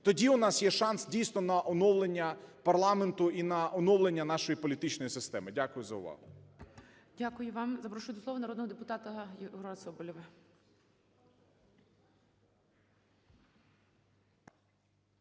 Тоді в нас є шанс дійсно на оновлення парламенту і на оновлення нашої політичної системи. Дякую за увагу. ГОЛОВУЮЧИЙ. Дякую вам. Запрошую до слова народного депутата Єгора Соболєва.